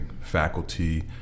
faculty